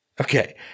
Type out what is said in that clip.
okay